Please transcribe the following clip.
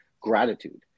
gratitude